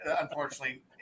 unfortunately